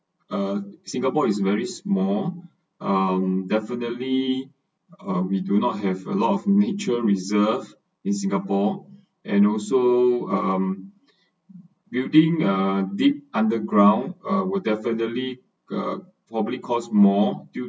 uh singapore is very small um definitely uh we do not have a lot of nature reserved in singapore and also um building uh deep underground uh will definitely uh probably cost more due